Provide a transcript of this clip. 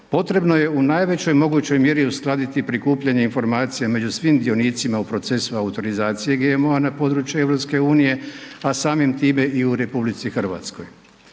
potrebno je u najvećoj mogućoj mjeri uskladiti prikupljanje informacija među svim dionicima u procesima autorizacije GMO-a na području EU, a samim time i u RH.